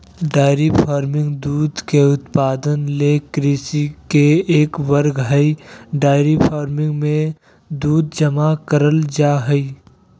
dairy farming दूध के उत्पादन ले कृषि के एक वर्ग हई डेयरी फार्मिंग मे दूध जमा करल जा हई